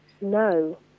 no